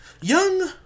Young